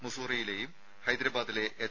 മുസോറിയയിലെയും ഹൈദരബാദിലെ എച്ച്